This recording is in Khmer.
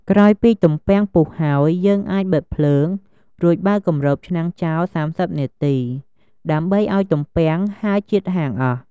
ក្រោយពីទំពាំងពុះហើយ យើងអាចបិទភ្លើង រួចបើកគំរបឆ្នាំងចោល ៣០នាទី ដើម្បីឱ្យទំពាំងហើរជាតិហាងអស់។